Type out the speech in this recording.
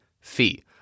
fee